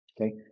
okay